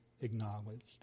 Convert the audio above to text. acknowledged